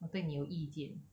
我对你有意见